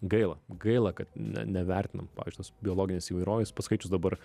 gaila gaila kad ne nevertinam pavyzdžiui tos biologinės įvairovės paskaičius dabar